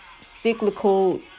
cyclical